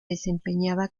desempeñaba